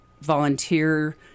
volunteer